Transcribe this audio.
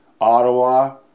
Ottawa